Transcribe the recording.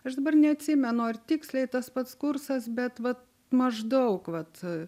aš dabar neatsimenu ar tiksliai tas pats kursas bet vat maždaug vat